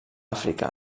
àfrica